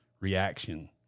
reaction